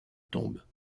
tombe